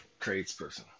tradesperson